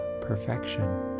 perfection